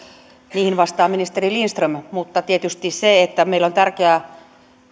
vastaa ministeri lindström mutta tietysti meidän on tärkeää